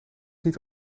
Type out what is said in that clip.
niet